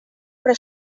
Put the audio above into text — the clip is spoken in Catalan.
però